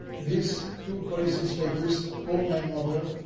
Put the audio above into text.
these two police inspectors told my mother,